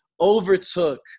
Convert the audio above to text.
overtook